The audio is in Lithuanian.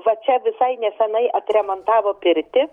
va čia visai nesenai atremantavo pirtį